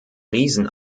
riesen